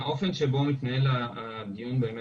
האופן שבו מתנהל הדיון באמת,